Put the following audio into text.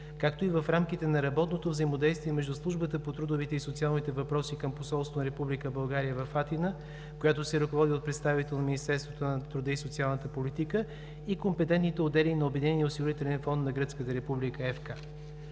както и в рамките на работното взаимодействие между Службата по трудовите и социалните въпроси към посолството на Република България в Атина, която се ръководи от представител на Министерството на труда и социалната политика, и компетентните отдели на Обединения осигурителен фонд на гръцката република ФК.